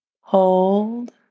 hold